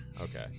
Okay